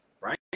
right